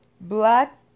black